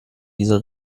dieser